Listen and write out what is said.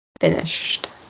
Finished